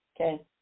Okay